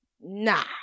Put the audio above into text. nah